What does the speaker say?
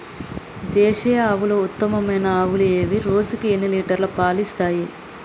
దేశీయ ఆవుల ఉత్తమమైన ఆవులు ఏవి? రోజుకు ఎన్ని లీటర్ల పాలు ఇస్తాయి?